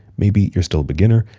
maybe you're still a beginner,